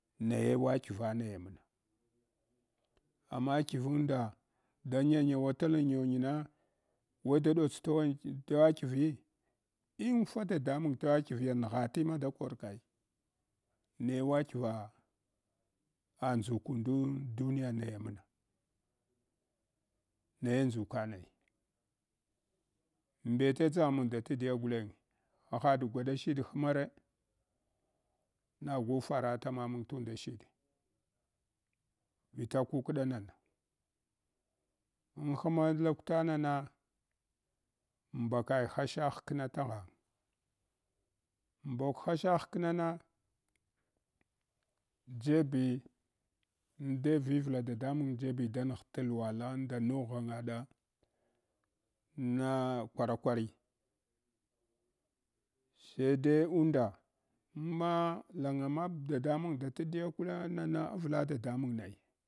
Nye waiva nayamna amma ivunda da nyanyawatalan nyonye na weda dots t’ wan tewadivi infa dadamang tuwadivya nghati ma da korkai, naye wadqiva andʒukundo duniya nayamn naye ndʒuka naya mbete dʒaghamang da tidya guleng? Hahaɗ mamang tund shiɗ vila kukda nana amhma lakwta nana, mbakai hasha hkna taghan, mbok hasha hkana jebi indai vivla dadamang jebi da nagh t’ luwa la nda nogh ghanga ɗa na kwara kwari hyee unda amma lagamab dadamang da tidya kuna nan avla dadamang naya.